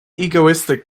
egoistic